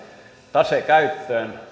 tase käyttöön